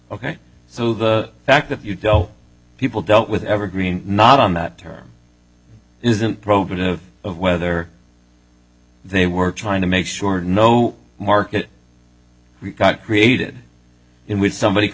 ok so the fact that you don't people don't with evergreen not on that term isn't probative of whether they were trying to make sure no market we've got created in which somebody could